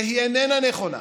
שהיא איננה נכונה,